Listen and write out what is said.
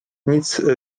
nic